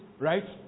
right